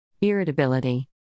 Irritability